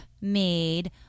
made